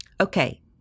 Okay